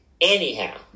Anyhow